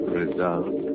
result